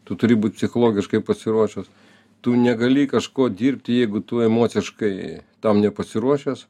tu turi būt psichologiškai pasiruošęs tu negali kažko dirbti jeigu tu emociškai tam nepasiruošęs